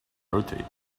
rotate